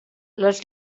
les